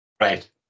right